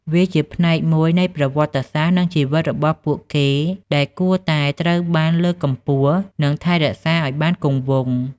វាជាផ្នែកមួយនៃប្រវត្តិសាស្រ្ត និងជីវិតរបស់ពួកគេដែលគួរតែត្រូវបានលើកកម្ពស់និងថែរក្សាឲ្យបានគង់វង្ស។